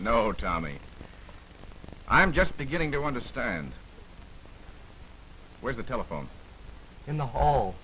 know tommy i'm just beginning to understand where the telephone